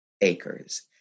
acres